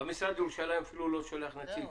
המשרד לירושלים אפילו לא שולח נציג שישתתף.